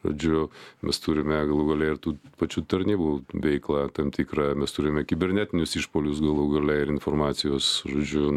žodžiu mes turime galų gale ir tų pačių tarnybų veiklą tam tikrą mes turime kibernetinius išpuolius galų gale ir informacijos žodžiu